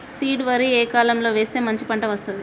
Seed వరి ఏ కాలం లో వేస్తే మంచి పంట వస్తది?